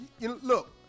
Look